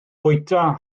bwyta